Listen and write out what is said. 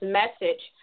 message